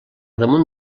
damunt